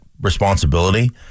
responsibility